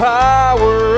power